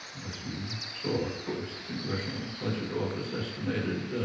as you saw, of course, the congressional budget office estimated